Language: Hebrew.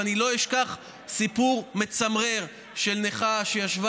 ואני לא אשכח סיפור מצמרר של נכה שישבה